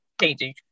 changing